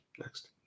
next